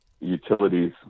utilities